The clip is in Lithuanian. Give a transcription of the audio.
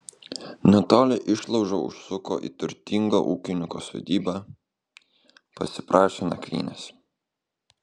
netoli išlaužo užsuko į turtingo ūkininko sodybą pasiprašė nakvynės